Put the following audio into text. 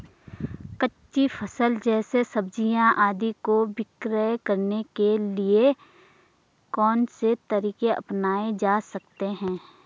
कच्ची फसल जैसे सब्जियाँ आदि को विक्रय करने के लिये कौन से तरीके अपनायें जा सकते हैं?